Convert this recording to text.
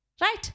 right